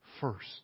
first